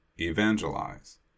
evangelize